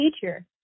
teacher